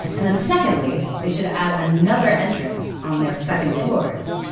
and then, secondly, they should add another entrance on their second floors.